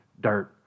Dirt